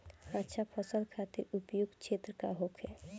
अच्छा फसल खातिर उपयुक्त क्षेत्र का होखे?